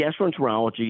gastroenterology